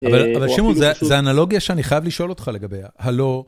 אבל... אבל שמעון, זה אנלוגיה שאני חייב לשאול אותך לגביה, הלא...